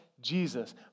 Jesus